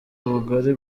ubugari